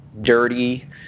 dirty